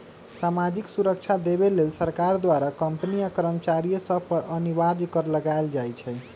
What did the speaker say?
सामाजिक सुरक्षा देबऐ लेल सरकार द्वारा कंपनी आ कर्मचारिय सभ पर अनिवार्ज कर लगायल जाइ छइ